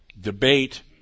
debate